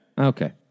Okay